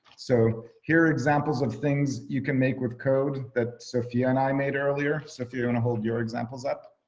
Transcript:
so here are examples of things you can make with code that sofia and i made earlier. sofia you wanna and hold your examples up.